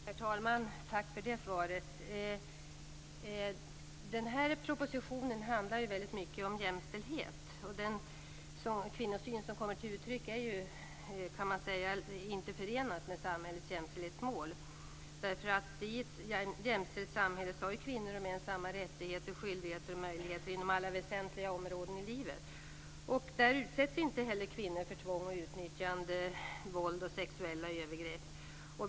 Herr talman! Tack för det svaret. Propositionen handlar väldigt mycket om jämställdhet. Den kvinnosyn som kommer till uttryck i samhället kan man inte säga är förenad med jämställdhetsmålen. I ett jämställt samhälle har nämligen kvinnor och män samma rättigheter, skyldigheter och möjligheter inom alla väsentliga områden i livet. Där utsätts inte heller kvinnor för tvång och utnyttjande, våld och sexuella övergrepp.